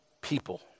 people